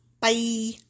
Bye